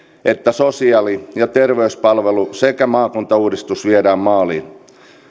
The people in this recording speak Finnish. että sosiaali ja terveyspalvelu sekä maakuntauudistus viedään maaliin